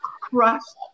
crust